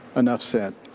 enough said.